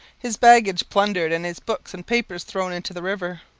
his baggage plundered and his books and papers thrown into the river.